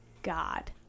god